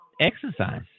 exercise